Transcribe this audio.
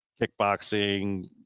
kickboxing